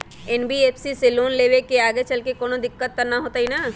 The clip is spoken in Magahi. एन.बी.एफ.सी से लोन लेबे से आगेचलके कौनो दिक्कत त न होतई न?